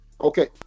Okay